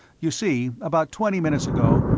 you see, about twenty minutes ago,